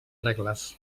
regles